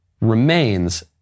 remains